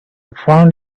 found